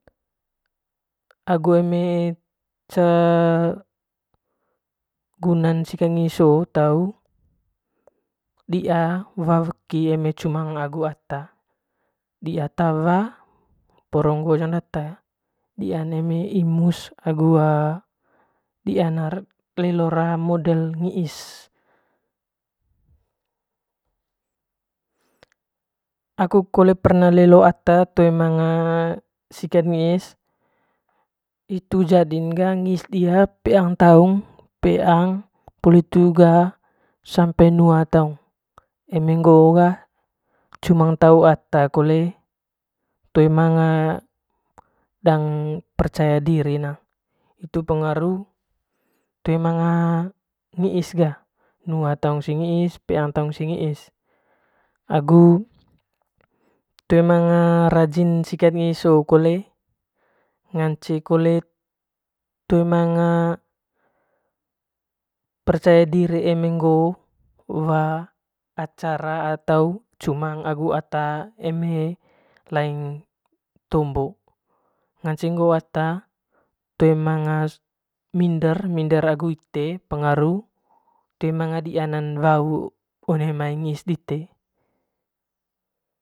Agu em ce gunan sikat ngis hoo tau diia ba weki eme cumang agu ata diaa tawa orong ngoo jaong data diia eme imus agu a dian lelo model ngiis aku kole pernah lelo at toe manga sikat ngiis hitu jading ga ngiis diha peang taung peang poli hitu ga sampe nuan taung eme ngoo ga cumang tau agu ata kole toe manga percaya diri hitu pengaru toe mnga ngiss a bersi ngiis peang taung ise ngiis agu toe mnga rajin sikat ngiis hoo kole ngance kole toe manga percaya diri eme ngoo wa acata atau cumang agu ata eme laing tombo nganceng ngoo ata toe manga minder agu ite pengaru toe manga dian wau one mai ngiis dite.